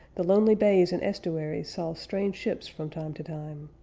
the lonely bays and estuaries saw strange ships from time to time.